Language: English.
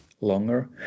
longer